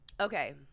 okay